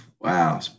wow